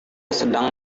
sedang